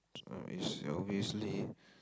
so it's obviously